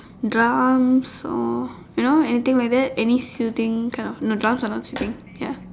drums all you know anything like that any soothing kind of no drums are not